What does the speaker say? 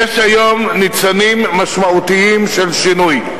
יש היום ניצנים משמעותיים של שינוי.